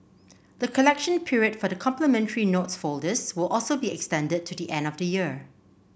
the collection period for the complimentary notes folders will also be extended to the end of the year